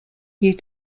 you